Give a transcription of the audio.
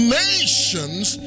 nations